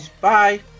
Bye